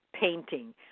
painting